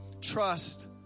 trust